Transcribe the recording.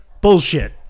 bullshit